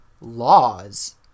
laws